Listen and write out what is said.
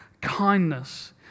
kindness